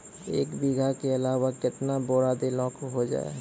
एक बीघा के अलावा केतना बोरान देलो हो जाए?